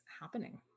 happening